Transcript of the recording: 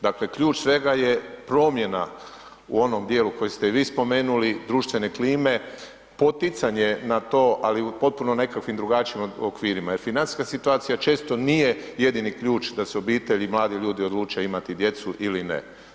Dakle ključ svega je promjena u onom dijelu koji ste i vi spomenuli, društvene klime, poticanje na to, ali u potpuno nekakvim drugačijim okvirima jer financijska situacija često nije jedini ključ da se obitelji mladi ljudi odluče imati djecu ili ne.